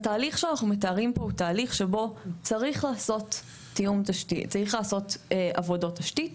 התהליך שאנחנו מתארים פה הוא תהליך שבו צריך לעשות עבודות תשתית,